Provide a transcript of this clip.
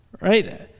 Right